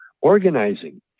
organizing